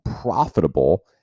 profitable